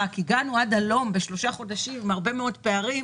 רק הגענו עד הלום עם הרבה מאוד פערים.